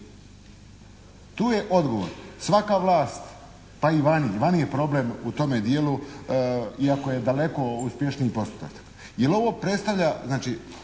tu je odgovor. Svaka vlast pa i vani, vani je problem u tome dijelu iako je daleko uspješniji postotak.